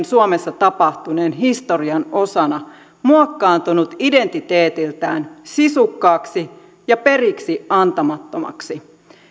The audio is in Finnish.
suomessa tapahtuneen historian osana muokkaantunut identiteetiltään sisukkaaksi ja periksiantamattomaksi